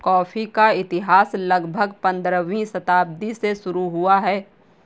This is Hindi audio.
कॉफी का इतिहास लगभग पंद्रहवीं शताब्दी से शुरू हुआ है